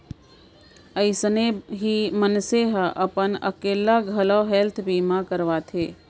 अइसने ही मनसे ह अपन अकेल्ला घलौ हेल्थ बीमा करवाथे